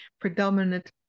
predominant